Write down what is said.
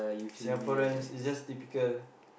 Singaporeans is just typical